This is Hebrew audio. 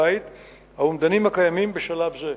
האומדנים הקיימים בשלב זה,